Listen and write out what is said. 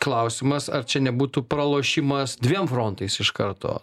klausimas ar čia nebūtų pralošimas dviem frontais iš karto